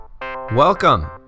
Welcome